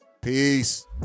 Peace